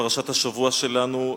פרשת השבוע שלנו,